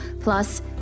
plus